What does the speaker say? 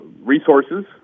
resources